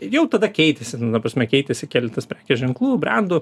jau tada keitėsi ta prasme keitėsi keletas prekės ženklų brendų